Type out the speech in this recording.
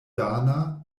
dana